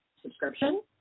subscription